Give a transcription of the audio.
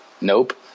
nope